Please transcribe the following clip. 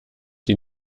die